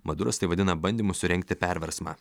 maduras tai vadina bandymu surengti perversmą